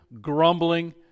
grumbling